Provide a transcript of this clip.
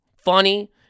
funny